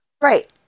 Right